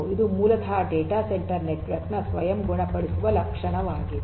ಇದು ಮೂಲತಃ data centre network ನ ಸ್ವಯಂ ಗುಣಪಡಿಸುವ ಲಕ್ಷಣವಾಗಿದೆ